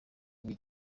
w’iyi